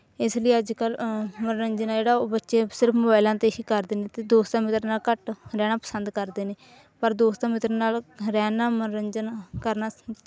ਇਸ ਲਈ ਅੱਜ ਕੱਲ ਮਨੋਰੰਜਨ ਆ ਜਿਹੜਾ ਉਹ ਬੱਚੇ ਸਿਰਫ ਮੋਬਾਈਲਾਂ 'ਤੇ ਹੀ ਕਰਦੇ ਨੇ ਅਤੇ ਦੋਸਤਾਂ ਮਿੱਤਰਾਂ ਨਾਲ ਘੱਟ ਰਹਿਣਾ ਪਸੰਦ ਕਰਦੇ ਨੇ ਪਰ ਦੋਸਤਾਂ ਮਿੱਤਰਾਂ ਨਾਲ ਰਹਿਣ ਨਾਲ ਮਨੋਰੰਜਨ ਕਰਨਾ